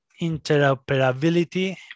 interoperability